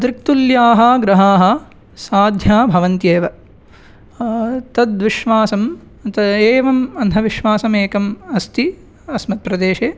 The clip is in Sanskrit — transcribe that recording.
दृक्तुल्याः ग्रहाः साध्याः भवन्त्येव तद् विश्वासं त एवम् अन्धविश्वासमेकम् अस्ति अस्मद् प्रदेशे